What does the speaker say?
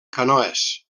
canoes